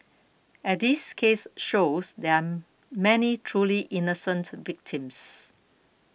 as this case shows there are many truly innocent victims